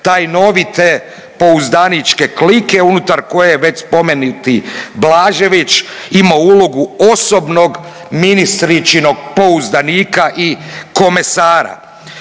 tajnovite pouzdaničke klike unutar koje je već spomenuti Blažević imao ulogu osobnog ministričinog pouzdanika i komesara.